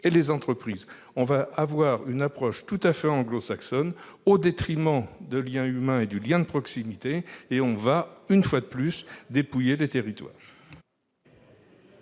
les entreprises ? Là, on va avoir une approche tout à fait anglo-saxonne, au détriment du lien humain et du lien de proximité, et on va une fois de plus dépouiller les territoires.